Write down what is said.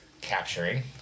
Capturing